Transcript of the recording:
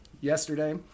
yesterday